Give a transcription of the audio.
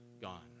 gone